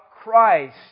Christ